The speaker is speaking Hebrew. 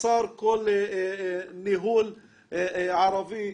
חסר כל ניהול ערבי.